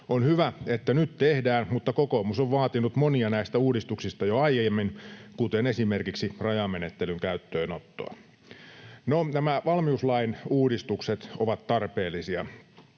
On hyvä, että nyt tehdään, mutta kokoomus on vaatinut monia näistä uudistuksista jo aiemmin, kuten esimerkiksi rajamenettelyn käyttöönottoa. No, nämä valmiuslain uudistukset ovat tarpeellisia.